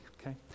okay